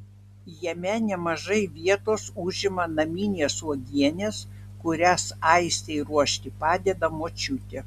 jame nemažai vietos užima naminės uogienės kurias aistei ruošti padeda močiutė